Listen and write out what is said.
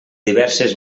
diverses